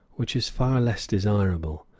which is far less desirable,